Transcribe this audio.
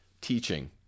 teaching